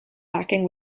backing